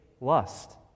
lust